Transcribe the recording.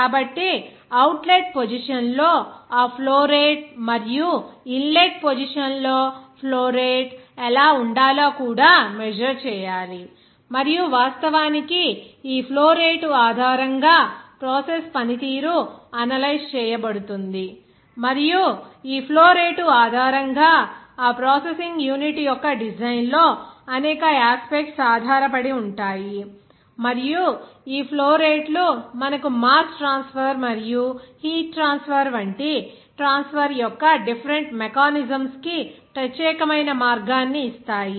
కాబట్టి అవుట్లెట్ పొజిషన్లో ఆ ఫ్లో రేటు మరియు ఇన్లెట్ పొజిషన్ లో ఫ్లో రేటు ఎలా ఉండాలో కూడా మెజర్ చేయాలి మరియు వాస్తవానికి ఈ ఫ్లో రేటు ఆధారంగా ప్రాసెస్ పనితీరు అనలైజ్ చేయబడుతుంది మరియు ఈ ఫ్లో రేటు ఆధారంగా ఆ ప్రాసెసింగ్ యూనిట్ యొక్క డిజైన్ లో అనేక యాస్పెక్ట్స్ ఆధారపడి ఉంటాయి మరియు ఈ ఫ్లో రేట్లు మనకు మాస్ ట్రాన్స్ఫర్ మరియు హీట్ ట్రాన్స్పోర్ట్ వంటి ట్రాన్స్ఫర్ యొక్క డిఫెరెంట్ మెకానిజమ్స్ కి ప్రత్యేకమైన మార్గాన్ని ఇస్తాయి